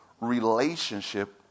relationship